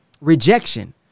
rejection